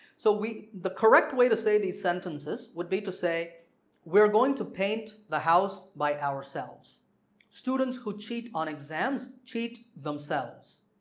so the correct way to say these sentences would be to say we're going to paint the house by ourselves students who cheat on exams cheat themselves.